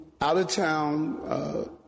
out-of-town